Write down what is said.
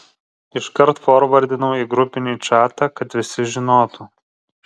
iškart forvardinau į grupinį čatą kad visi žinotų